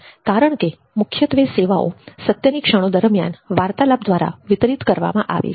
કારણકે મુખ્યત્વે સેવાઓ સત્યની ક્ષણો દરમિયાન વાર્તાલાપ દ્વારા વિતરિત કરવામાં આવે છે